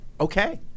Okay